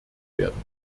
werden